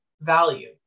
value